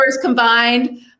combined